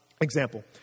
Example